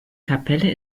kapelle